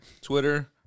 twitter